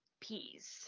peas